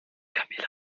camilla